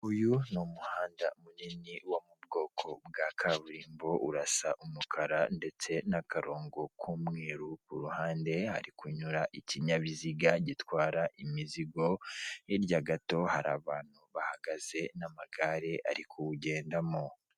Uyu umuhanda munini wo mu bwoko bwa kaburimbo urasa umukara ndetse n'akarongo k'umweru, ku ruhande hari kunyura ikinyabiziga gitwara imizigo, hirya gato hari abantu bahagaze n'amagare ari kuwugendamo.